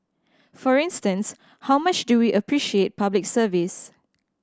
for instance how much do we appreciate Public Service